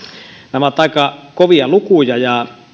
nämä ovat aika kovia lukuja ja